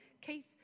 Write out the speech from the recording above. Keith